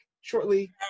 shortly